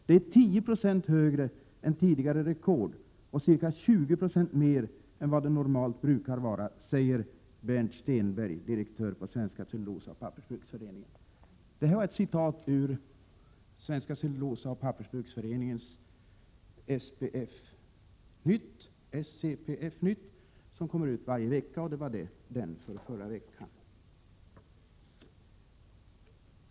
Det är 10 procent högre än tidigare rekord och cirka 20 procent mer än vad det normalt brukar vara, säger Bernt Stenberg, direktör på Svenska Cellulosaoch Pappersbruksföreningen .” Det här var ett citat ur förra veckans nummer av Svenska Cellulosa Pappersbruksförenings SCPF-nytt, som kommer ut varje vecka.